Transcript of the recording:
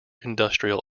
industrial